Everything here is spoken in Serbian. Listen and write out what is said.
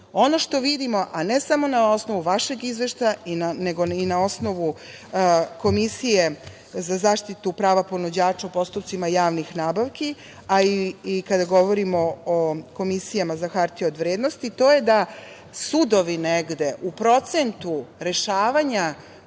što vidimo, a ne samo na osnovu vašeg Izveštaja, nego i na osnovu Komisije za zaštitu prava ponuđača u postupcima javnih nabavki, a i kada govorimo o Komisiji za hartije od vrednosti, to je da sudovi negde u procentu rešavanja